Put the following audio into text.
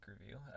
review